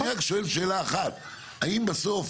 אני רק שואל שאלה אחת והיא האם בסוף